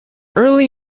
early